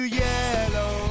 yellow